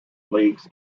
leagues